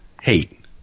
hate